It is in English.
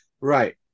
right